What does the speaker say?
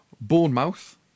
Bournemouth